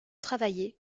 travaillé